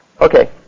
Okay